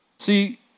See